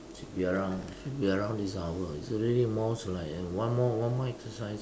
should be around should be around this hour it's already almost like one more one more exercise